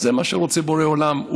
זה מה שרוצה בורא עולם.